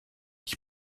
ich